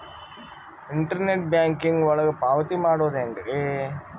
Internet banking ಒಳಗ ಪಾವತಿ ಮಾಡೋದು ಹೆಂಗ್ರಿ?